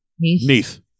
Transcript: Neath